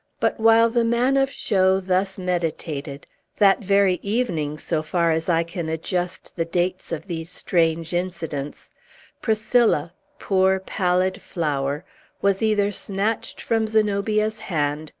but, while the man of show thus meditated that very evening, so far as i can adjust the dates of these strange incidents priscilla poor, pallid flower was either snatched from zenobia's hand,